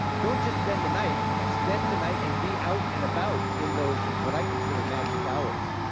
don't just spend the night, spend the night and be out and about in those, what i consider, magic hours,